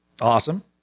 Awesome